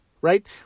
right